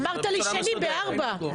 אמרת לי שני ב-16:00.